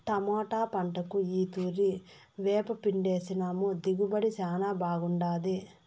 tomato పంటకు ఈ తూరి వేపపిండేసినాము దిగుబడి శానా బాగుండాది